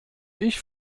ich